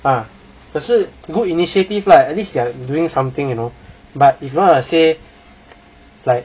ah 可是 good initiative lah at least they're doing something you know but if you say like